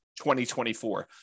2024